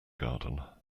garden